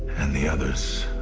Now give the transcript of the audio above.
and the others